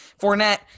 Fournette